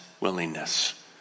willingness